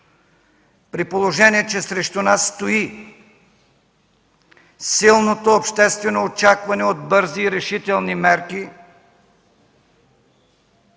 при положение че срещу нас стои силното обществено очакване от бързи и решителни мерки,